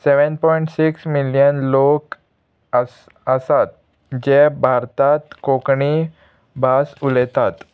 seven point six million लोक आस आसात जे भारतांत कोंकणी भास उलयतात